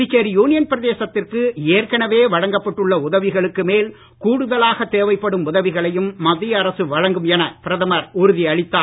Puducherry union பிரதேசத்திற்கு ஏற்கனவே வழங்கப்பட்டுள்ள உதவிகளுக்கு மேல் கூடுதலாக தேவைப்படும் உதவிகளையும் மத்திய அரசு வழங்கும் என பிரதமர் உறுதி அளித்தார்